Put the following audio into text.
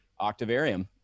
octavarium